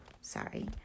sorry